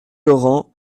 laurent